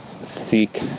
seek